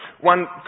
One